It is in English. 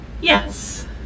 Yes